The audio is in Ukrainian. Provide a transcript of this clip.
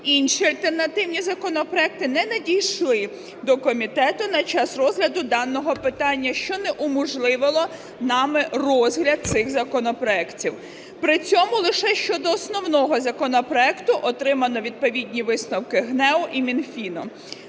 Інші альтернативні законопроекти не надійшли до комітету на час розгляду даного питання, що унеможливило нами розгляд цих законопроектів. При цьому лише щодо основного законопроекту отримано відповідні висновки ГНЕУ і Мінфіну.